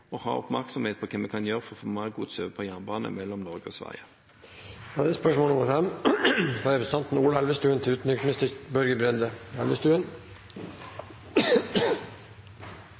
ha oppmerksomhet på hva vi kan gjøre for å få mer gods over på jernbane mellom Norge og Sverige. «Utviklingen i Myanmar er